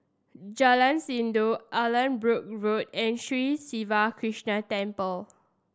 Jalan Sindor Allanbrooke Road and Sri Siva Krishna Temple